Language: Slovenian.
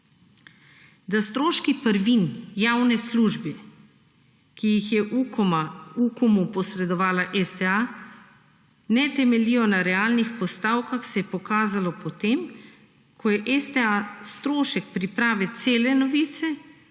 Da stroški prvin javni službi, ki ju je UKOM-u posredovala STA, ne temeljijo na realnih postavkah se je pokazalo potem, ko je STA strošek priprave cele novice